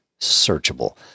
searchable